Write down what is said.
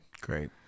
Great